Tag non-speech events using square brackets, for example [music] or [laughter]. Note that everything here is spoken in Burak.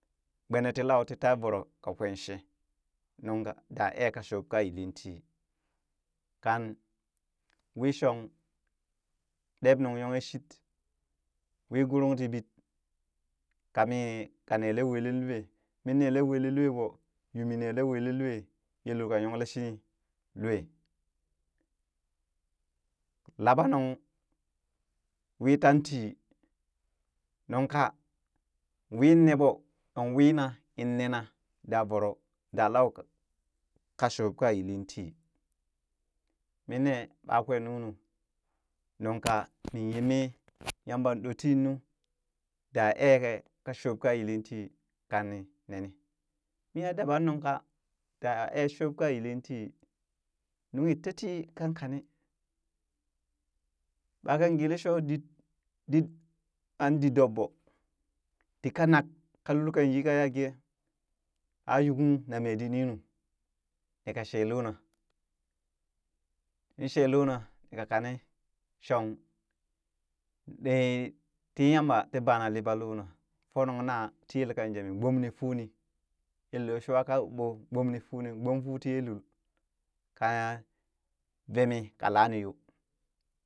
Gbenee tii lau ti tee voro kakwee shee nungka daa ee shuub ka yili ti kan wii shoong ɗem nuŋ yongheshit, wii gwurong tii bit kami ka nee lee weeleen lwe min neelee weeleen ɓoo yuu mi nelee weeleen lwe yee lul ka yong lee shini lwe laɓanung wii tantii. nunka win neeɓoo shon wiina in nena daa voro da lau ka shuub ka yilli tii minne ɓakwee nunu, nunka [noise] min yemee yamban ɗot nuu daa ee ka shuub ka yilli tii, kani neni, miiya daba nungka da ee shub ƙaa yilli tii nunghi tatii kan kane ɓakan gee shoo dit dit baa didobbo, tikanak ka lul kan yi aa gee a yuukung na meeh dit nunu nika shee loona nin she loona mika kanee shong [hesitation] ti yamba ti bana liɓan loona funung na tii yelkan jemi gbonifuuni yello shwa ka ɓo gbomnifuni, gbomfuu tiyee lul ka veemii kalani yoo.